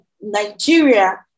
Nigeria